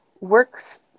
works